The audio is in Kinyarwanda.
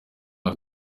aka